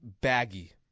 baggy